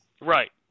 Right